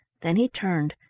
then he turned,